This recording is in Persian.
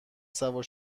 سوار